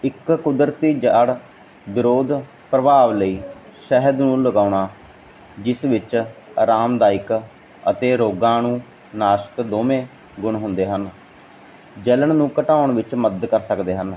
ਇੱਕ ਕੁਦਰਤੀ ਜੜ ਵਿਰੋਧ ਪ੍ਰਭਾਵ ਲਈ ਸ਼ਹਿਦ ਨੂੰ ਲਗਾਉਣਾ ਜਿਸ ਵਿੱਚ ਅਰਾਮਦਾਇਕ ਅਤੇ ਰੋਗਾਂ ਨੂੰ ਨਾਸ਼ਕ ਦੋਵੇਂ ਗੁਣ ਹੁੰਦੇ ਹਨ ਜਲਣ ਨੂੰ ਘਟਾਉਣ ਵਿੱਚ ਮਦਦ ਕਰ ਸਕਦੇ ਹਨ